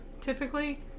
Typically